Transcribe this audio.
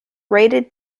raided